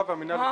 חולים?